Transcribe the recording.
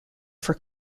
for